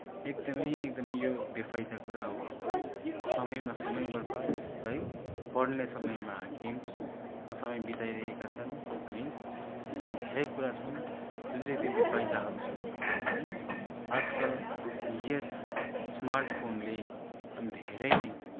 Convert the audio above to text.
एकदमै एकदमै यो बेफाइदाको कुरा हो है समयमा समय बर्बाद है पढ्ने समयमा गेम्समा समय बिताइरहेका छन् है यस्ता धेरै कुरा छन् जुन चाहिँ चाहिँ बेफाइदाहरू छन् है आजकल यस स्मार्टफोनले धेरै नै